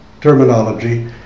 terminology